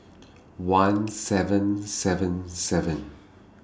one seven seven seven